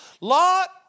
Lot